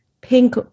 pink